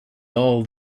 all